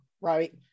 right